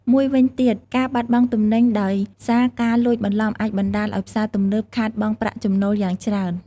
មួយវិញទៀតការបាត់បង់ទំនិញដោយសារការលួចបន្លំអាចបណ្តាលឱ្យផ្សារទំនើបខាតបង់ប្រាក់ចំណូលយ៉ាងច្រើន។